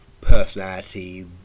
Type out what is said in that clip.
personality